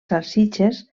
salsitxes